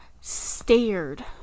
stared